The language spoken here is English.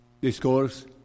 discourse